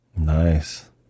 Nice